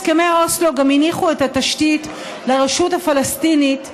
הסכמי אוסלו גם הניחו את התשתית לרשות הפלסטינית,